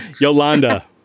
Yolanda